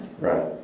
Right